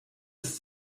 ist